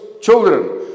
children